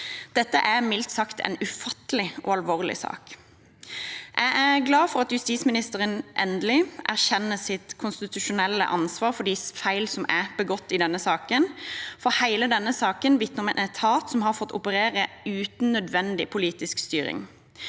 Dette er mildt sagt en ufattelig og alvorlig sak. Jeg er glad for at justisministeren endelig erkjenner sitt konstitusjonelle ansvar for de feil som er begått i denne saken, for hele denne saken vitner om en etat som har fått operere uten nødvendig politisk styring.